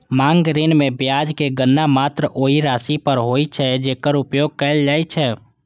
मांग ऋण मे ब्याजक गणना मात्र ओइ राशि पर होइ छै, जेकर उपयोग कैल जाइ छै